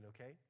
okay